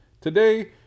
Today